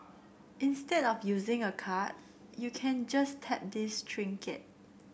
instead of using a card you can just tap this trinket